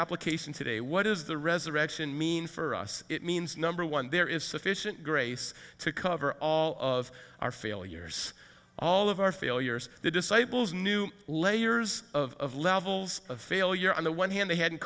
application today what is the resurrection mean for us it means number one there is sufficient grace to cover all of our failures all of our failures the disciples knew layers of levels of failure on the one hand they had